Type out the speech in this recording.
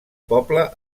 poble